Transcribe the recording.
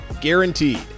guaranteed